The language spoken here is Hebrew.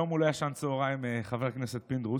היום הוא לא ישן צוהריים, חבר הכנסת פינדרוס.